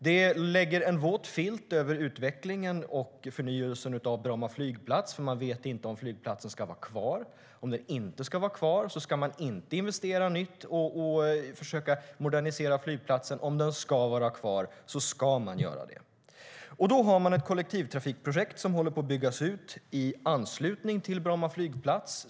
Det lägger en våt filt över utvecklingen och förnyelsen av Bromma flygplats eftersom man inte vet om flygplatsen ska vara kvar. Om flygplatsen inte ska vara kvar ska man inte investera nytt och försöka modernisera. Om den ska vara kvar ska man göra det. Då finns ett kollektivtrafikprojekt som håller på att byggas ut i anslutning till Bromma flygplats.